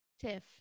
TIFF